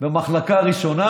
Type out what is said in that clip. במחלקה ראשונה?